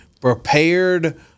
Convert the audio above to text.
prepared